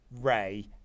Ray